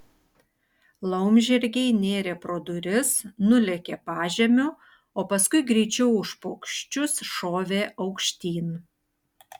laumžirgiai nėrė pro duris nulėkė pažemiu o paskui greičiau už paukščius šovė aukštyn